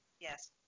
Yes